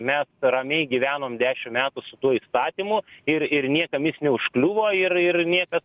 mes ramiai gyvenom dešim metų su tuo įstatymu ir ir niekam jis neužkliuvo ir ir niekas